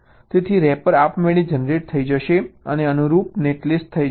તેથી રેપર આપમેળે જનરેટ થઈ જશે અને અનુરૂપ નેટલિસ્ટ થઈ જશે